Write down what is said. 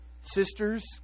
sisters